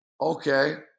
Okay